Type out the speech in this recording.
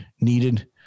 needed